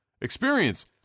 experience